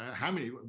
how many,